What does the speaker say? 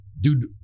dude